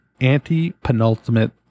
Anti-penultimate